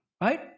Right